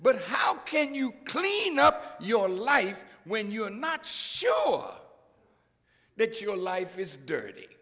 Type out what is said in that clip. but how can you clean up your life when you're not sure that your life is dirty